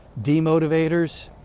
demotivators